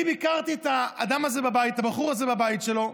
אני ביקרתי את הבחור הזה בבית שלו,